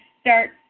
start